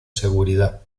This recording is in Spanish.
seguridad